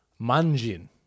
Manjin